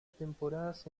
temporadas